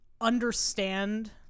understand